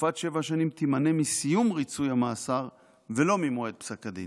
תקופת שבע השנים תימנה מסיום ריצוי המאסר ולא ממועד פסק הדין,